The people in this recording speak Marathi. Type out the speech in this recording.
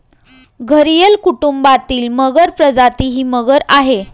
घरियल कुटुंबातील मगर प्रजाती ही मगर आहे